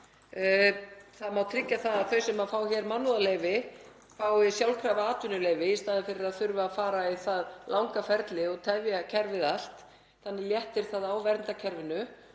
Það má tryggja að þau sem fá mannúðarleyfi fái sjálfkrafa atvinnuleyfi í staðinn fyrir að þurfa að fara í það langa ferli og tefja kerfið allt, þannig léttir það á verndarkerfinu.